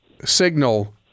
signal